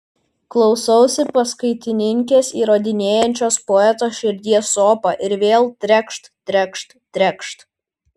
klausausi paskaitininkės įrodinėjančios poeto širdies sopą ir vėl trekšt trekšt trekšt